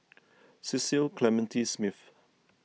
Cecil Clementi Smith